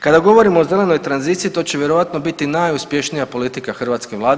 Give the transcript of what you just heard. Kada govorimo o zelenoj tranziciji to će vjerojatno biti najuspješnija politika hrvatske Vlade.